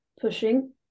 pushing